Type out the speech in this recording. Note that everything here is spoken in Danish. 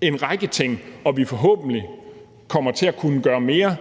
en række ting, og vi kommer forhåbentlig til at kunne gøre mere, og